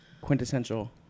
quintessential